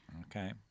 Okay